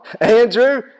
Andrew